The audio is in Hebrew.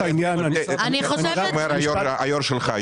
זה מה שאומר היו"ר שלך.